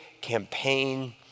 campaign